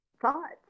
Thoughts